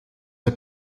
der